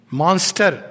monster